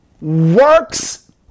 works